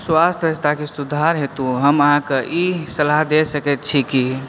स्वास्थ व्यवस्थाके सुधार हेतु हम अहाँकेॅं ई सलाह दए सकैत छी कि